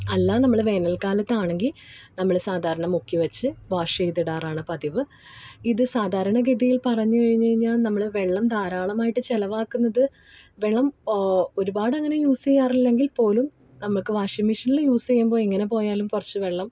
അല്ലാതെ നമ്മൾ വേനൽക്കാലത്താണെങ്കിൽ നമ്മൾ സാധാരണ മുക്കി വച്ച് വാഷ് ചെയ്തിടാറാണ് പതിവ് ഇത് സാധാരണ ഗതിയിൽ പറഞ്ഞു കഴിഞ്ഞ് കഴിഞ്ഞാൽ നമ്മൾ വെള്ളം ധാരാളമായിട്ട് ചിലവാക്കുന്നത് വെള്ളം ഒരുപാട് അങ്ങനെ യൂസ് ചെയ്യാറില്ലെങ്കിൽപ്പോലും നമ്മൾക്ക് വാഷിംഗ് മിഷീനിൽ യൂസ് ചെയ്യുമ്പോൾ എങ്ങനെ പോയാലും കുറച്ച് വെള്ളം